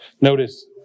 Notice